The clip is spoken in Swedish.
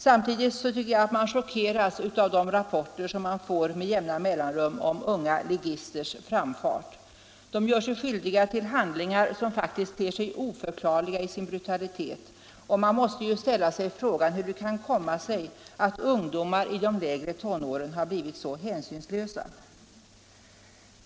Samtidigt chockeras man av rapporter man får med jämna mellanrum om unga ligisters framfart. De gör sig skyldiga till handlingar som ter sig oförklarliga i sin brutalitet. Man måste ställa sig frågan hur det kan komma sig att ungdomar i de lägre tonåren har blivit så hänsynslösa.